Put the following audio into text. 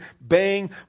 bang